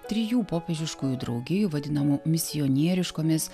trijų popiežiškųjų draugijų vadinamų misionieriškomis